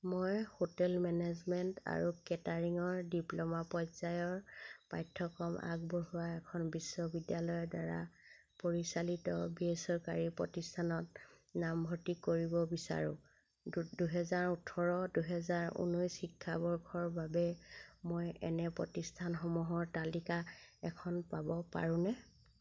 মই hotel management আৰু কেটাৰিঙৰ ডিপ্ল'মা পৰ্যায়ৰ পাঠ্যক্ৰম আগবঢ়োৱা এখন বিশ্ববিদ্যালয়ৰদ্বাৰা পৰিচালিত বেচৰকাৰী প্ৰতিষ্ঠানত নামভৰ্তি কৰিব বিচাৰোঁ দুহেজাৰ ওঠৰ দুহেজাৰ ঊনৈছ শিক্ষাবৰ্ষৰ বাবে মই এনে প্ৰতিষ্ঠানসমূহৰ তালিকা এখন পাব পাৰোঁনে